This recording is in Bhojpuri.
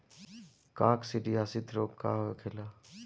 काकसिडियासित रोग का होखेला?